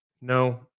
no